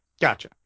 Gotcha